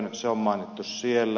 se on mainittu siellä